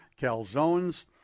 calzones